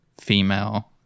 female